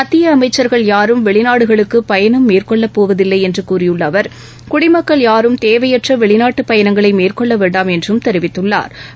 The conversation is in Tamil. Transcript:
மத்திய அமைச்சள்கள் யாரும் வெளிநாடுகளுக்கு பயணம் மேற்கொள்ளப்போவதில்லை என்று கூறியுள்ள அவர் குடிமக்கள் யாரும் தேவையற்ற வெளிநாட்டு பயணங்களை மேற்கொள்ள வேண்டாம் என்றும் தெரிவித்துள்ளா்